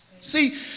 See